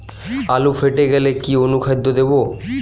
আলু ফেটে গেলে কি অনুখাদ্য দেবো?